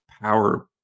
power